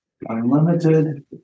Unlimited